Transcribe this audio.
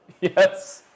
Yes